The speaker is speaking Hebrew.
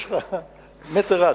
יש לך מטר רץ.